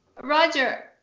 Roger